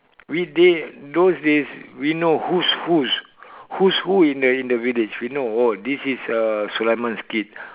we they those days we know whose whose whose who in the in the village we know oh this is uh sulaiman's kid